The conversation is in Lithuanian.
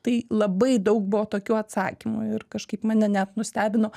tai labai daug buvo tokių atsakymų ir kažkaip mane net nustebino